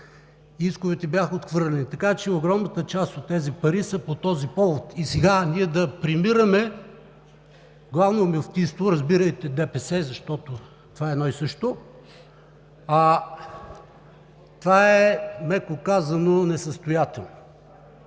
исковете бяха отхвърлени. Така че огромната част от тези пари са по този повод. И сега ние да премираме Главното мюфтийство, разбирайте ДПС, защото това е едно и също, е, меко казано, несъстоятелно.